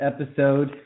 episode